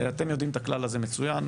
אתם יודעים את הכלל הזה מצוין,